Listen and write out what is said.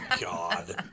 God